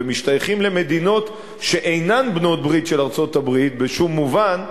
ומשתייכים למדינות שאינן בעלות ברית של ארצות-הברית בשום מובן,